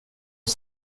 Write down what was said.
att